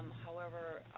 however,